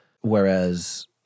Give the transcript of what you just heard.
whereas